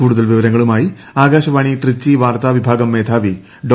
കൂടുതൽ വിവരങ്ങളുമായി ആകാശവാണി ട്രിച്ചി വാർത്താവിഭാഗം മേധാവി ഡോ